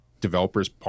developers